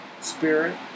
Spirit